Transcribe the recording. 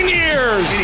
years